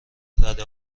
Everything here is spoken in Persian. رده